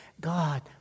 God